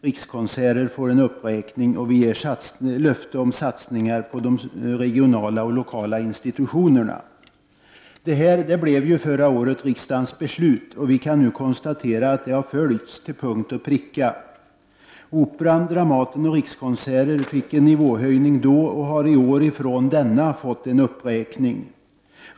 Rikskonserter får en uppräkning, och vi ger ett löfte om satsningar på de regionala och lokala institutionerna. Detta blev riksdagens beslut, och vi kan nu konstatera att det har följts till punkt och pricka. Operan, Dramaten och Rikskonserter fick en nivåhöjning och har i år fått en uppräkning från denna.